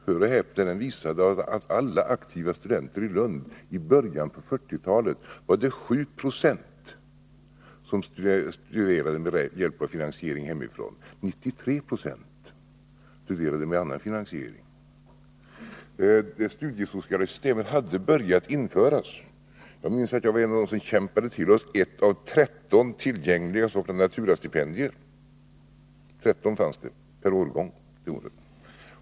Hör och häpna: den visade att av alla aktiva studenter i Lund i början av 1940-talet var det 7 20 som studerade med hjälp av finansiering hemifrån, medan 93 26 studerade med annan finansiering. Det studiesociala systemet hade börjat införas. Jag minns att jag var en av dem som kämpade till sig ett av 13 tillgängliga s.k. naturastipendier — 13 fanns det per årgång.